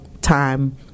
time